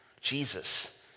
Jesus